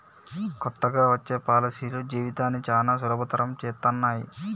కొత్తగా వచ్చే పాలసీలు జీవితాన్ని చానా సులభతరం చేత్తన్నయి